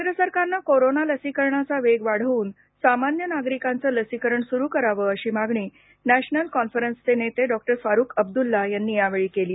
केंद्र सरकारनं कोरोना लसीकरणाचा वेग वाढवून सामान्य नागरिकांचं लसीकरण सुरू करावं अशी मागणी नॅशनल कॉन्फरंन्सचे नेते डॉ फारुख अब्दुल्ला यांनी यावेळी केली